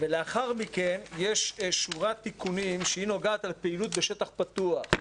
ולאחר מכן יש שורת תיקונים שנוגעת לפעילות בשטח פתוח.